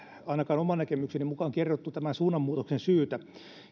ainakaan oman näkemykseni mukaan kerrottu tämän suunnanmuutoksen syytä